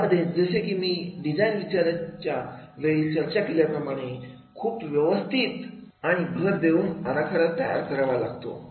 यामध्ये जसे मी डिझाईन विचाराच्या वेळी चर्चा केल्याप्रमाणे खूप व्यवस्थित आण भर देऊन आराखडा तयार करावा लागतो